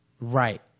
Right